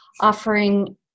offering